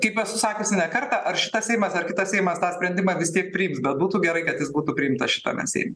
kaip esu sakiusi ne kartą ar šitas seimas ar kitas seimas tą sprendimą vis tiek priims bet būtų gerai kad jis būtų priimtas šitame seim